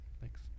Thanks